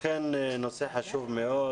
אכן נושא חשוב מאוד.